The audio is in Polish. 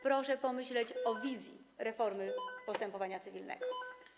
Proszę pomyśleć o wizji reformy postępowania cywilnego.